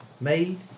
Made